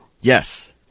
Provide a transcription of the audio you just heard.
Yes